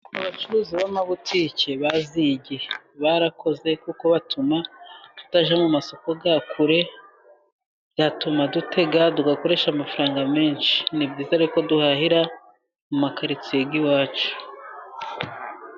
Abacuruzi b'amabutike baziye igihe. Barakoze kuko bituma tutajya mu masoko ya kure, byatuma dutega tugakoresha amafaranga menshi. Ni byiza rero ko duhahira mu makaritsiye y'iwacu.